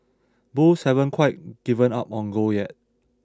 Bulls haven't quite given up on gold yet